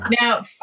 Now